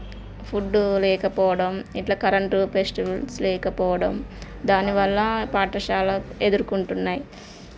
food లేకపోవడం ఇట్ల current festivals లేకపోవడం దానివల్ల పాఠశాల ఎదుర్కుంటున్నాయి